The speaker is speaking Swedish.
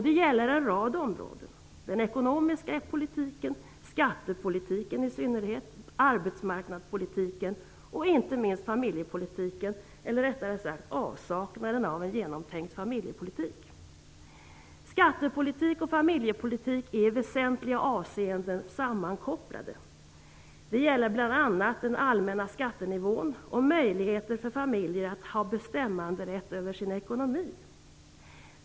Det gäller en rad områden: den ekonomiska politiken, skattepolitiken i synnerhet, arbetsmarknadspolitiken och inte minst familjepolitiken, eller, rättare sagt, avsaknaden av en genomtänkt familjepolitik. Skattepolitik och familjepolitik är i väsentliga avseenden sammankopplade. Det gäller bl.a. den allmänna skattenivån och möjligheter för familjer att ha bestämmanderätt över sin ekonomi.